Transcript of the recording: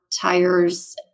tires